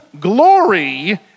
glory